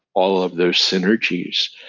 all of their synergies.